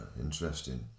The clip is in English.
interesting